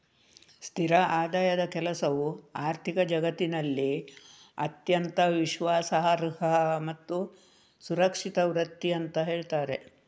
ಸ್ಥಿರ ಆದಾಯದ ಕೆಲಸವು ಆರ್ಥಿಕ ಜಗತ್ತಿನಲ್ಲಿ ಅತ್ಯಂತ ವಿಶ್ವಾಸಾರ್ಹ ಮತ್ತು ಸುರಕ್ಷಿತ ವೃತ್ತಿ ಅಂತ ಹೇಳ್ತಾರೆ